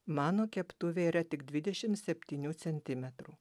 mano keptuvėje yra tik dvidešim septynių centimetrų